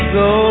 go